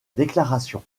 déclaration